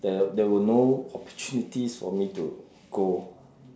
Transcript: there there were no opportunities for me to go